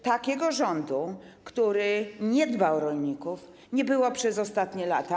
Takiego rządu, który nie dba o rolników, nie było przez ostatnie lata.